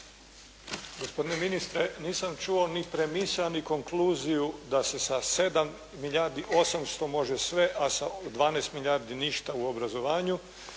Gospodine ministre nisam čuo ni premise a ni konkluziju da se sa 7 milijardi 800 može sve, a sa 12 milijardi ništa u obrazovanju.